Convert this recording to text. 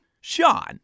Sean